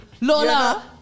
Lola